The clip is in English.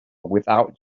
without